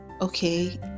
okay